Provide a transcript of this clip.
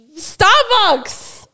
Starbucks